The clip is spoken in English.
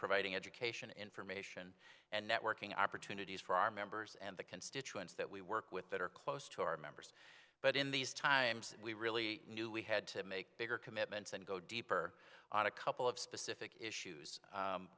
providing education information and networking opportunities for our members and the constituents that we work with that are close to our members but in these times we really knew we had to make bigger commitments and go deeper on a couple of specific issues